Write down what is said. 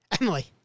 Emily